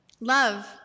love